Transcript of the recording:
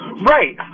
Right